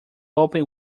open